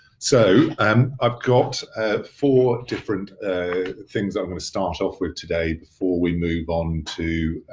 so um i've got four different things i'm gonna start off with today before we move on to